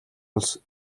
улс